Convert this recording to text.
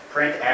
Print